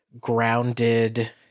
grounded